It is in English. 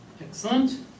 Excellent